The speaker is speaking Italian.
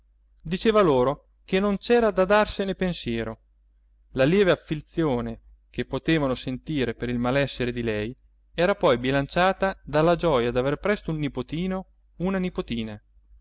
diceva loro che non c'era da darsene pensiero la lieve afflizione che potevano sentire per il malessere di lei era poi bilanciata dalla gioia d'aver presto un nipotino una nipotina